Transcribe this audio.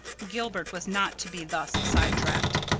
gilbert was not to be thus sidetracked.